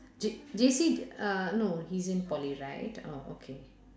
J~ J_C uh no he's in poly right oh okay